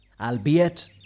albeit